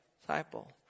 disciple